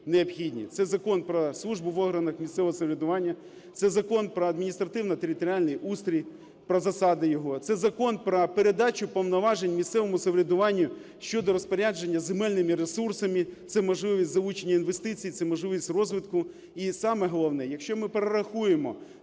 це Закон про службу в органах місцевого самоврядування, це Закон про адміністративно-територіальний устрій, про засади його, це Закон про передачу повноважень місцевому самоврядуванню (щодо розпорядження земельними ресурсами), це можливість залучення інвестицій, це можливість розвитку. І саме головне, якщо ми перерахуємо